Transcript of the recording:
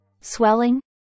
swelling